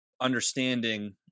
understanding